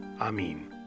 Amen